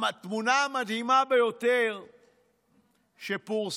התמונה המדהימה ביותר שפורסמה,